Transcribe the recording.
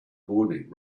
morning